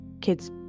kids